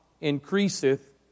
increaseth